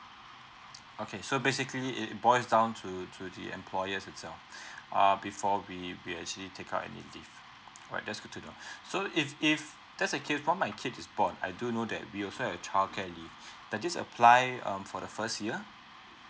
okay so basically it it boils down to to the employers itself uh before we we actually take out any leave alright that's good to know so if if that's the case once my kid is born I do know that we also have child care leave that just apply um for the first year